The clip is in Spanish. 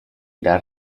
irá